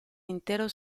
intero